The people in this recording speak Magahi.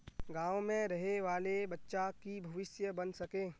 गाँव में रहे वाले बच्चा की भविष्य बन सके?